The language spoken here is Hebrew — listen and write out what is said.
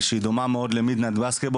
שהיא דומה מאוד לכדורסל של חצות,